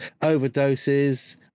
overdoses